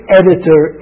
editor